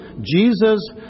Jesus